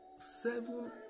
seven